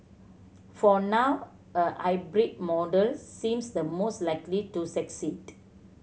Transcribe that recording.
for now a hybrid model seems the most likely to succeed